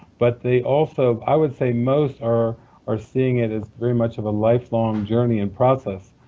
but they also, i would say most, are are seeing it as very much of a lifelong journey and process.